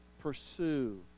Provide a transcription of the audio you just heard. pursue